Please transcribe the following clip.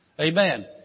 Amen